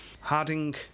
Harding